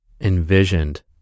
Envisioned